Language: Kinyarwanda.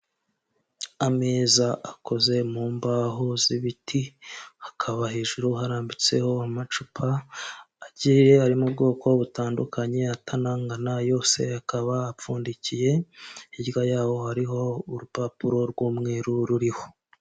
Ameza akoze mu mbaho z'ibiti hakaba hejuru harambitseho amacupa agiye ari mu bwoko butandukanye atanangana yose akaba apfundikiye, hirya yaho hariho urupapuro rw'umweru ruriho.